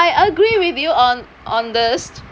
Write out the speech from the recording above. I agree with you on on this